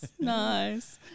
Nice